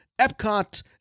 Epcot